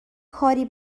کاری